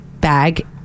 bag